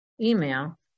email